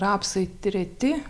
rapsai treti